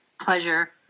pleasure